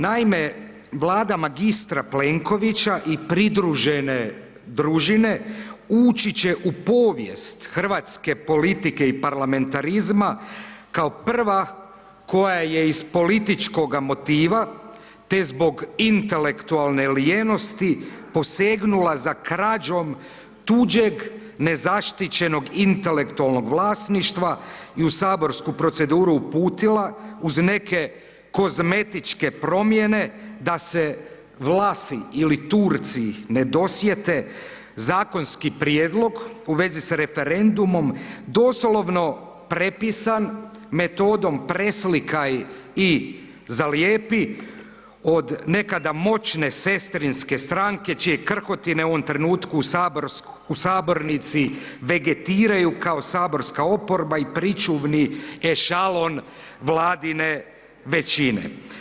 Naime, Vlada magistra Plenkovića i pridružene družine uči će u povijest hrvatske politike i parlamentarizma kao prva koja je iz političkoga motiva te zbog intelektualne lijenosti posegnula za krađom tuđeg nezaštićenog intelektualnog vlasništva i u saborsku proceduru uputila uz neke kozmetičke promjene da se Vlasi ili Turci ne dosjete zakonski prijedlog u vezi s referendumom, doslovno prepisan metodom preslikaj i zalijepi, od nekada moćne sestrinske stranke čije krhotine u ovom trenutku u sabornici vegetiraju kao saborska oporba i pričuvni ešalon vladine većine.